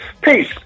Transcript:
Peace